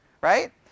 Right